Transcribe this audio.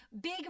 Big